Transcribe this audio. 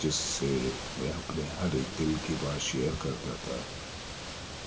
جس سے میں اپنے ہر ایک دل کی بات شیئر کرتا تھا